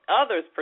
others